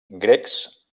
grecs